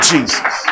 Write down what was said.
Jesus